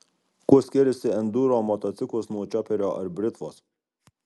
kuo skiriasi enduro motociklas nuo čioperio ar britvos